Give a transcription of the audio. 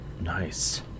Nice